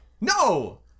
No